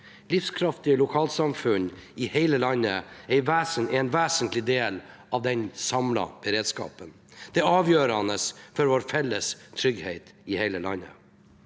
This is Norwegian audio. livskraftige lokalsamfunn i hele landet er en vesentlig del av den samlede beredskapen. Det er avgjørende for vår felles trygghet i hele landet.